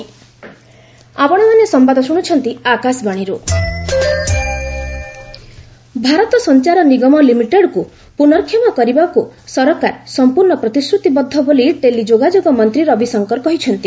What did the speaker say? LS BSNL Bharat Sanchar Nigam ଲିମିଟେଡ୍କୁ ପୁନର୍କ୍ଷମ କରିବାକୁ ସରକାର ସମ୍ପର୍ଣ୍ଣ ପ୍ରତିଶ୍ରତିବଦ୍ଧ ବୋଲି ଟେଲି ଯୋଗାଯୋଗ ମନ୍ତ୍ରୀ ରବିଶଙ୍କର କହିଛନ୍ତି